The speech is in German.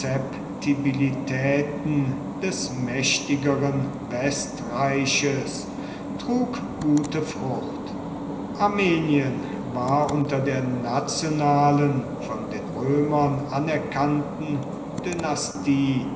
des mächtigeren westreiches trug gute frucht armenien war unter der nationalen von den römern anerkannten